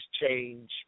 change